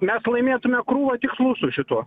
mes laimėtume krūvą tikslų su šituo